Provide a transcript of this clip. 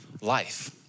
life